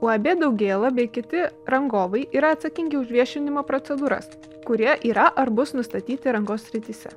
uab daugėla bei kiti rangovai yra atsakingi už viešinimo procedūras kurie yra ar bus nustatyti rangos srityse